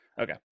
Okay